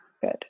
Good